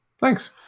Thanks